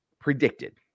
predicted